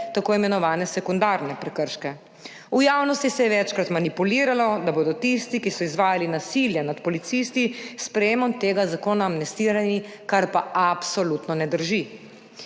tako imenovane sekundarne prekrške. V javnosti se je večkrat manipuliralo, da bodo tisti, ki so izvajali nasilje nad policisti, s sprejetjem tega zakona amnestirani, kar pa absolutno ne drži.